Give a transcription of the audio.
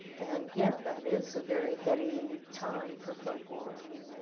and yeah, that is a very heady time for folklore. i mean,